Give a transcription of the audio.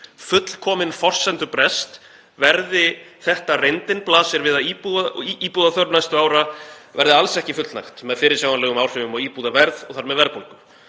fullkominn forsendubrest. „Verði þessi reyndin blasir við að íbúðaþörf næstu ára verði alls ekki fullnægt með fyrirsjáanlegum áhrifum á íbúðaverð og þar með verðbólgu.“